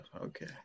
Okay